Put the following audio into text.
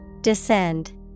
Descend